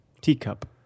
Teacup